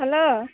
hello